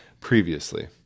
previously